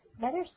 better